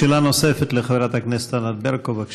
שאלה נוספת לחברת הכנסת ענת ברקו, בבקשה.